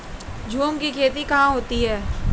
झूम की खेती कहाँ होती है?